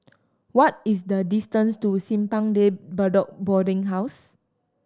what is the distance to Simpang De Bedok Boarding House